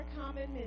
common